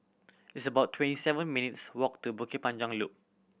it's about twenty seven minutes' walk to Bukit Panjang Loop